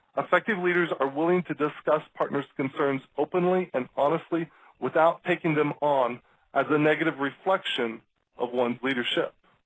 effective leaders are willing to discuss partners' concerns openly and honestly without taking them on as a negative reflection of one's leadership.